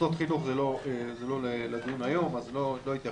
מוסדות חינוך זה לא לדיון היום אז לא אתייחס.